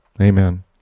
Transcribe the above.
Amen